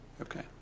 Okay